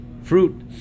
fruit